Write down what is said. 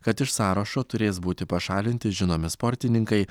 kad iš sąrašo turės būti pašalinti žinomi sportininkai